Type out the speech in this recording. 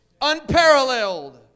Unparalleled